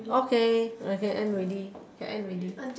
okay can end already can end already